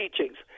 teachings